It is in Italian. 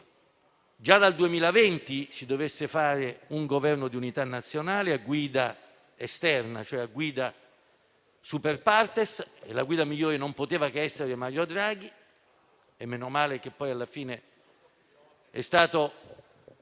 già dal 2020, che si doveva fare un Governo di unità nazionale a guida esterna, ossia *super partes* - la guida migliore non poteva che essere Mario Draghi e meno male che poi alla fine è stato